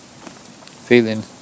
Feeling